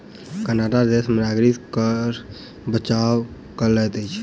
Canada देश में नागरिक कर सॅ बचाव कय लैत अछि